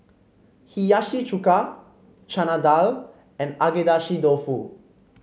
Hiyashi Chuka Chana Dal and Agedashi Dofu